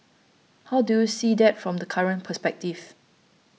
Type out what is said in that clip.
how do you see that from the current perspective